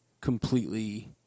completely